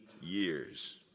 years